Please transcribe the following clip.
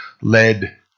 led